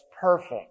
perfect